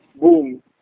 boom